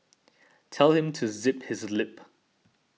tell him to zip his lip